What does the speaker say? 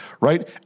right